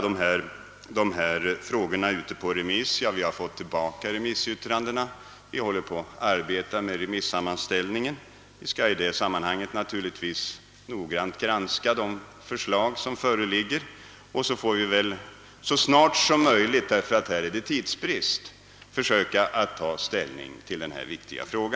Dessa frågor har nu remissbehandlats och vi håller på med en sammanställning av remissyttrandena. Vi kommer naturligtvis att noggrant granska de synpunkter som föreligger, och sedan får vi så snart som möjligt — ty här råder tidsbrist — försöka ta ställning till denna viktiga fråga.